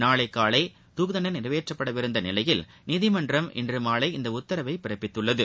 நாளை காலை துக்குத்தண்டனை நிறைவேற்றப்பட இருந்த நிலையில் நீதிமன்றம் இன்று மாலை இந்த உத்தரவை பிறப்பித்துள்ளது